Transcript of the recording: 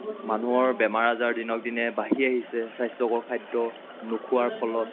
মানুহৰ বেমাৰ আজাৰ দিনক দিনে বাঢ়ি আহিছে স্বাস্থ্যকৰ খাদ্য নোখোৱাৰ ফলত